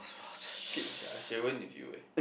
shit sia I should've went with you eh